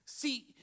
See